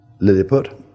Lilliput